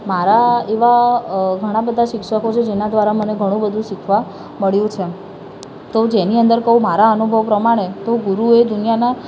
મારા એવા અ ઘણા બધા શિક્ષકો છે જેના દ્વારા મને ઘણું બધું શીખવા મળ્યું છે તો જેની અંદર કહું મારા અનુભવ પ્રમાણે તો ગુરુએ દુનિયાના